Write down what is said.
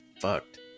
fucked